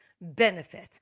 benefit